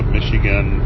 Michigan